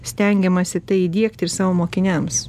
stengiamasi tai įdiegti ir savo mokiniams